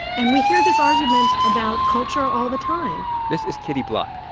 and we hear this argument about culture all the time this is kitty block.